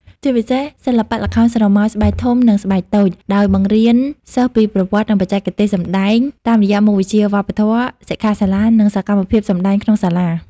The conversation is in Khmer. ជាពិសេសសិល្បៈល្ខោនស្រមោលស្បែកធំ និងស្បែកតូច ដោយបង្រៀនសិស្សពីប្រវត្តិ និងបច្ចេកទេសសម្តែង តាមរយៈមុខវិជ្ជាវប្បធម៌ សិក្ខាសាលា និងសកម្មភាពសម្តែងក្នុងសាលា។